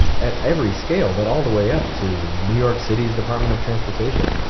at every scale, but all the way up to new york city's department of transportation,